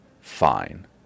fine